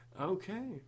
Okay